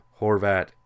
Horvat